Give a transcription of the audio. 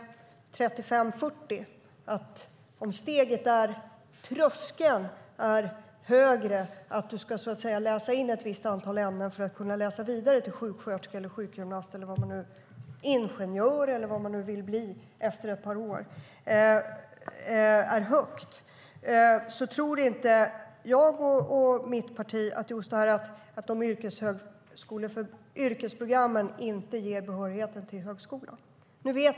Tröskeln kan också vara för hög när man är 35-40 år och vill läsa vidare till sjuksköterska, sjukgymnast, ingenjör eller vad man nu vill bli om man behöver läsa in ett antal ämnen. Jag och mitt parti tror att det inte är bra om yrkesprogrammen inte ger behörighet till högskola.